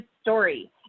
story